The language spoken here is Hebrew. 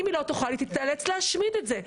אם היא לא תוכל, היא תצטרך להשמיד את זה.